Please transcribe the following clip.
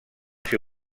ser